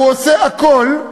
הוא עושה הכול,